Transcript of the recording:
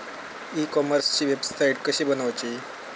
E कॉमर्सची website कशी बनवची?